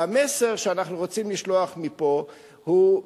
והמסר שאנחנו רוצים לשלוח מפה הוא: